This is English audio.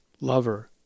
lover